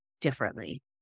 differently